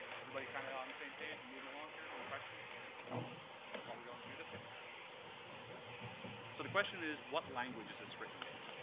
everybody kind of on the same page? we're moving along here any questions while we're going through this? yep? audience what language so the question is, what language is this written in?